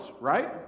right